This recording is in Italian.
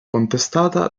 contestata